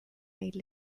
made